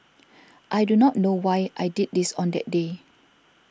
I do not know why I did this on that day